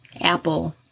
apple